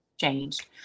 changed